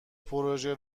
پروژه